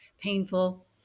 painful